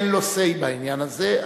אין לו say בעניין הזה.